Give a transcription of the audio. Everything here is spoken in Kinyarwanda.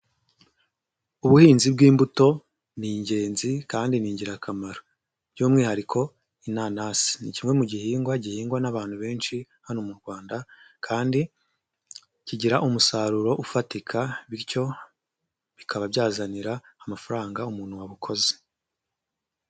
Ubuhinzi bw'imbuto ni ingenzi kandi ni ingirakamaro by'umwihariko inanasi ni kimwe mu gihingwa gihingwa n'abantu benshi hano mu Rwanda kandi kigira umusaruro ufatika bityo bikaba byazanira amafaranga umuntu wabukoze.